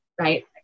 right